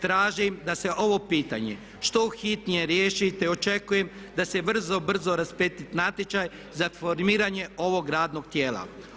Tražim da se ovo pitanje što hitnije riješi te očekujem da se brzo, brzo raspiše natječaj za formiranje ovog radnog tijela.